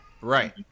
Right